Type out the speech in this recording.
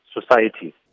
society